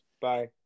Bye